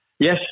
Yes